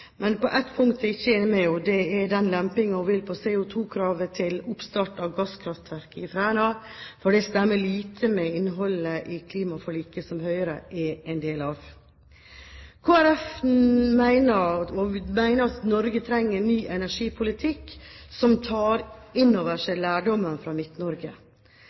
Men på ett punkt er jeg ikke enig med henne, og det gjelder den lempingen hun vil ha på CO2-kravet til oppstart av gasskraftverk i Fræna, for det stemmer lite med innholdet i klimaforliket som Høyre er en del av. Kristelig Folkeparti mener at Norge trenger en ny energipolitikk som tar inn over seg lærdommen fra